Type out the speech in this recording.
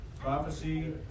Prophecy